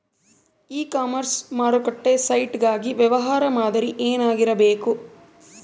E commerce ಮಾರುಕಟ್ಟೆ site ಗಾಗಿ ವ್ಯವಹಾರ ಮಾದರಿ ಏನಾಗಿರಬೇಕು?